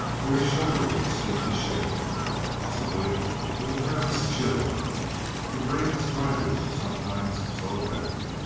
where his shoulders were seen to shake possibly with a nervous chill the bravest riders are sometimes so affected.